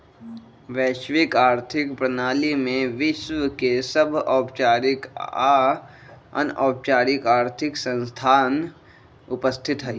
वैश्विक आर्थिक प्रणाली में विश्व के सभ औपचारिक आऽ अनौपचारिक आर्थिक संस्थान उपस्थित हइ